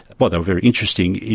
but very interesting,